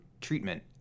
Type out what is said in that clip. treatment